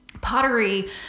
pottery